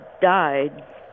died